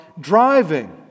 driving